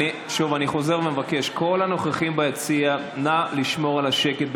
אני חוזר ומבקש מכל הנוכחים ביציע: נא לשמור על השקט,